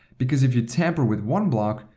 because if you tamper with one block,